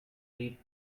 deep